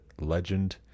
legend